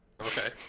Okay